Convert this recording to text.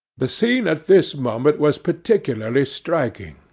the scene at this moment was particularly striking.